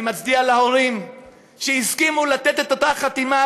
אני מצדיע להורים שהסכימו לתת את אותה חתימה,